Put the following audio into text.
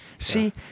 See